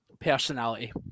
personality